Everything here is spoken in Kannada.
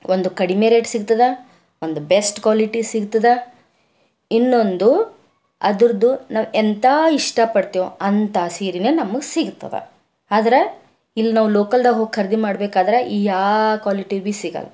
ಒಂದು ಕಡಿಮೆ ರೇಟ್ ಸಿಗ್ತದೆ ಒಂದು ಬೆಸ್ಟ್ ಕ್ವಾಲಿಟಿ ಸಿಗ್ತದೆ ಇನ್ನೊಂದು ಅದ್ರದ್ದು ನಾವು ಎಂಥ ಇಷ್ಟ ಪಡ್ತೇವೊ ಅಂಥ ಸೀರೆನೇ ನಮಗೆ ಸಿಗ್ತದೆ ಆದ್ರೆ ಇಲ್ಲಿ ನಾವು ಲೋಕಲ್ದಾಗ ಹೋಗಿ ಖರೀದಿ ಮಾಡ್ಬೇಕಾದ್ರೆ ಈ ಯಾವ ಕ್ವಾಲಿಟಿ ಭೀ ಸಿಗಲ್ಲ